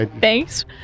Thanks